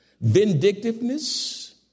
vindictiveness